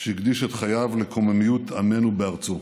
שהקדיש את חייו לקוממיות עמנו בארצו.